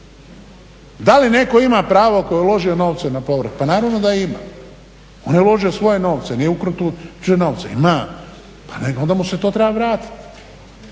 Da li netko ima pravo ako je uložio novce na povrat? Pa naravno da ima. On je uložio svoje novce, nije ukro tuđe novce. Ima, pa onda mu se to treba vratiti.